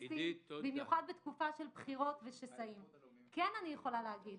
במיוחד בתקופת בחירות ושסעים כן אני יכולה לומר,